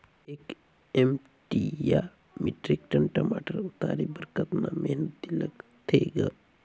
एक एम.टी या metric ton टमाटर उतारे बर कतका मेहनती लगथे ग?